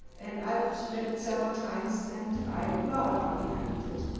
and i've surveyed it several times and i applaud how he handled it.